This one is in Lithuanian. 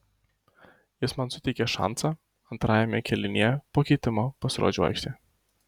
jis man suteikė šansą antrajame kėlinyje po keitimo pasirodžiau aikštėje